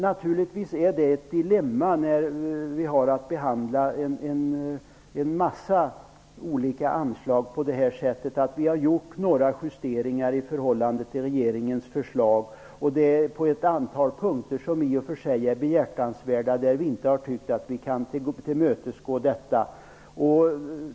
Naturligtvis är det ett dilemma när vi har att behandla en mängd olika anslag. Vi har gjort justeringar i förhållande till regeringens förslag på ett antal punkter som är behjärtansvärda, men vi har inte tyckt att vi kunnat tillmötesgå det här kravet.